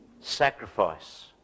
sacrifice